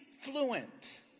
fluent